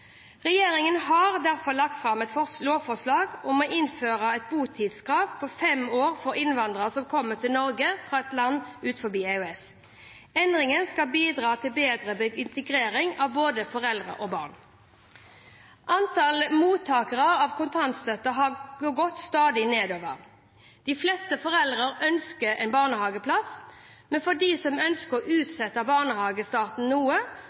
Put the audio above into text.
Regjeringen har derfor lagt fram et lovforslag om å innføre et botidskrav på fem år for innvandrere som kommer til Norge fra et land utenfor EØS. Endringen skal bidra til bedre integrering av både foreldre og barn. Antallet mottakere av kontantstøtte har gått stadig nedover. De fleste foreldre ønsker barnehageplass, men for dem som ønsker å utsette barnehagestarten noe,